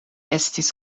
estis